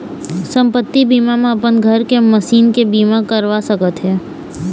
संपत्ति बीमा म अपन घर के, मसीन के बीमा करवा सकत हे